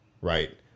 right